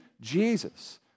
Jesus